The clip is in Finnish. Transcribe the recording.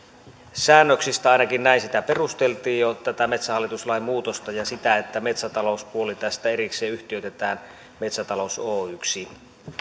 säännöksistä ainakin näin sitä perusteltiin tätä metsähallituslain muutosta ja sitä että metsätalouspuoli tästä erikseen yhtiöitetään metsätalous oyksi